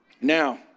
Now